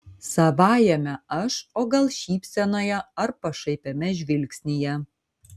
savajame aš o gal šypsenoje ar pašaipiame žvilgsnyje